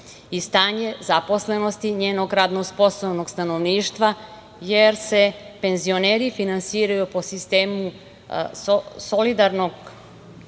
i stanje zaposlenosti njenog radno sposobnog stanovništva jer se penzioneri finansiraju po sistemu solidarnosti